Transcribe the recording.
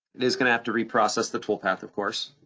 it is gonna have to reprocess the toolpath, of course.